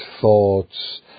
thoughts